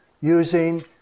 using